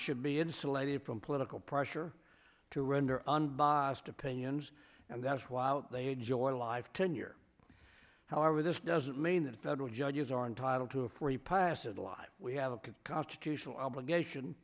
should be insulated from political pressure to render unbiased opinions and that's why they enjoy life tenure however this doesn't mean that federal judges are entitled to a free pass to the live we have a constitutional obligation